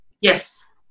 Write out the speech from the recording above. Yes